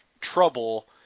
trouble